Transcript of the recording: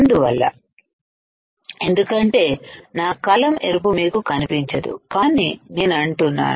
అందువల్ల ఎందుకంటే నా కలం ఎరుపు మీకు కనిపించదు కానీ నేను అంటున్నాను